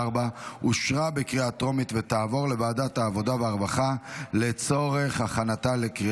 לוועדת העבודה והרווחה נתקבלה.